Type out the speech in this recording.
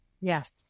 yes